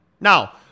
Now